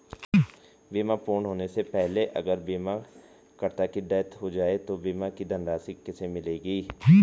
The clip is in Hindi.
बीमा पूर्ण होने से पहले अगर बीमा करता की डेथ हो जाए तो बीमा की धनराशि किसे मिलेगी?